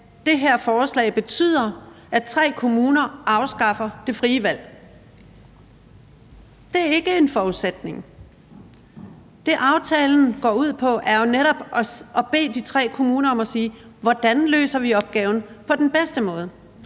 det her forslag betyder, at tre kommuner afskaffer det frie valg? Det er ikke en forudsætning. Det, aftalen går ud på, er netop at bede de tre kommuner om at sige: Hvordan løser vi opgaven på den bedste måde?